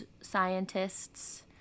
scientists